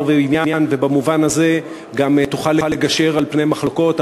ועניין במובן הזה וגם תוכל לגשר על פני מחלוקות,